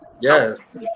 Yes